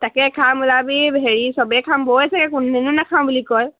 তাকে খাম ওলাবি হেৰি চবেই খাম আছে নাখাওঁ বুলি কয়